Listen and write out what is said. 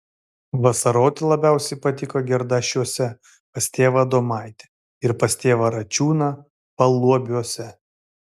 vasaroti labiausiai patiko gerdašiuose pas tėvą adomaitį ir pas tėvą račiūną paluobiuose